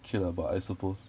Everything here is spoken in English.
K lah but I suppose